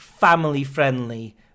family-friendly